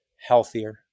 healthier